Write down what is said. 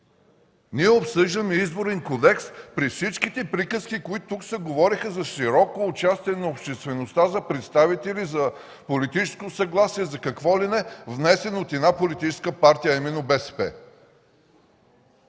Ние обсъждаме Изборен кодекс при всичките приказки, които тук се говореха за широко участие на обществеността, за представители, за политическо съгласие, за какво ли не, внесен от една политическа партия, а именно